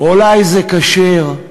אולי זה כשר,